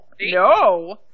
no